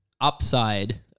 upside